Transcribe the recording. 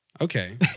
Okay